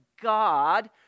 God